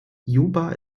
juba